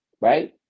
right